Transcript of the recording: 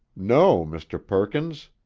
no, mr. perkins.